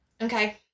okay